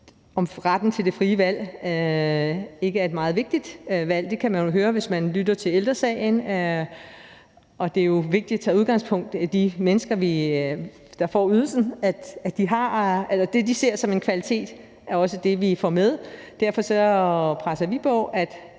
om retten til det frie valg ikke er et meget vigtigt valg. Det kan man jo høre, hvis man lytter til Ældre Sagen. Og det er jo vigtigt at tage udgangspunkt i de mennesker, der får ydelsen, altså at det, de ser som en kvalitet, også er det, vi får med. Derfor presser vi på, i